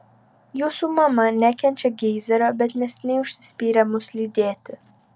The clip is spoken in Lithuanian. jūsų mama nekenčia geizerio bet neseniai užsispyrė mus lydėti